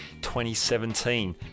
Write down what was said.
2017